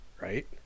right